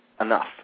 enough